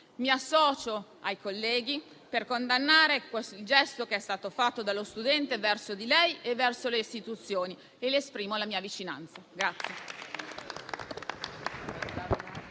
Mi associo ai colleghi per condannare il gesto fatto da quello studente verso di lei e verso le istituzioni e le esprimo la mia vicinanza.